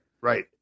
right